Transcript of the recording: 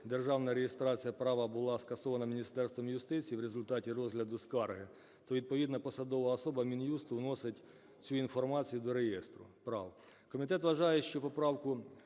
державна реєстрація права була скасована Міністерством юстиції в результаті розгляду скарги, то відповідна посадова особа, Мін'юст, вносить цю інформацію до реєстру прав. Комітет вважає, що поправку